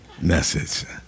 message